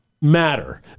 matter